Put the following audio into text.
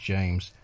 James